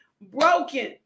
broken